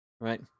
right